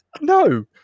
No